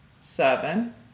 seven